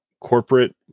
corporate